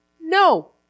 No